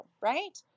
right